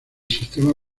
sistema